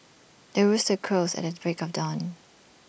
the rooster crows at the break of dawn